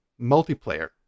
multiplayer